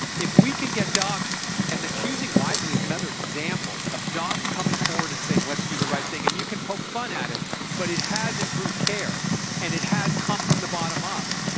if we can get docs and the choosing wisely is another example of docs coming forward and saying let's do the right thing. and you can poke fun at it but it has improved care and it has come from the bottom up.